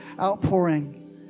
outpouring